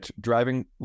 driving